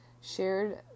shared